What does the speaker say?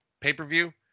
pay-per-view